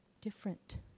different